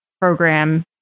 program